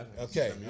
Okay